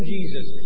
Jesus